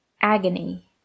Agony